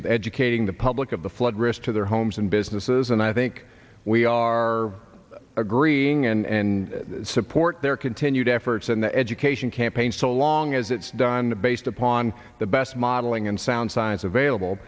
with educating the public of the flood risk to their homes and businesses and i think we are agreeing and support their continued efforts in the education campaign so long as it's done based upon the best modeling and sound science available